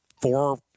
four